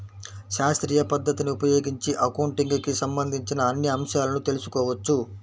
శాస్త్రీయ పద్ధతిని ఉపయోగించి అకౌంటింగ్ కి సంబంధించిన అన్ని అంశాలను తెల్సుకోవచ్చు